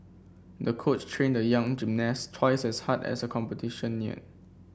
the coach trained the young gymnast twice as hard as the competition neared